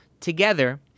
together